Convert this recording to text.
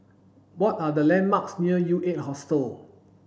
what are the landmarks near U eight Hostel